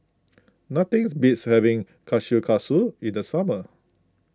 nothings beats having Kushikatsu in the summer